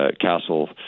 Castle